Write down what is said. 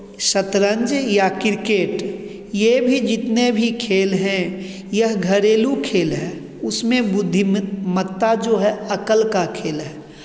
शतरंज या क्रिकेट ये भी जितने भी खेल हैं यह घरेलू खेल है उसमें बुद्धिमत्ता जो है अकल का खेल है